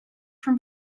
from